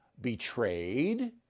betrayed